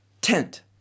tent